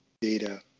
data